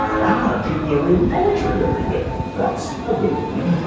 wow. people are reading poetry every day. that's a good thing.